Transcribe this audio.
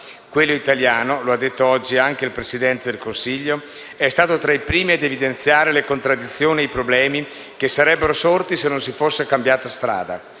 Governo italiano, lo ha detto oggi anche il Presidente del Consiglio, è stato tra i primi a evidenziare le contraddizioni e i problemi che sarebbero sorti se non si fosse cambiata strada.